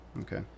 Okay